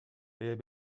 est